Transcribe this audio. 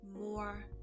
more